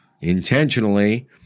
intentionally